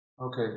Okay